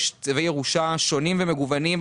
יש צווי ירושה שונים ומגוונים,